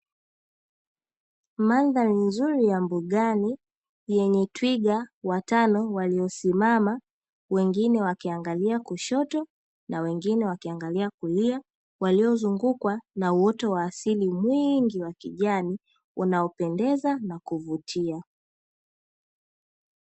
Mandhari nzuri ya mbugani yenye twiga watano waliosimama, wengine wakiangalia kushoto na wengine wakiangalia kulia. Waliozungukwa na uoto wa asili mwingi wa kijani, unaopendeza na kuvutia.